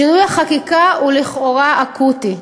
שינוי החקיקה הוא לכאורה אקוטי: